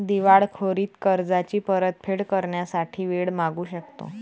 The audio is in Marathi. दिवाळखोरीत कर्जाची परतफेड करण्यासाठी वेळ मागू शकतो